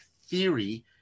theory